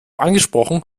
angesprochen